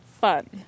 fun